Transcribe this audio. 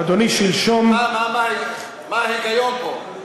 אדוני, שלשום, מה ההיגיון פה?